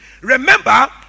remember